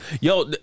Yo